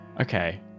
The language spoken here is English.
Okay